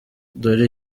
dore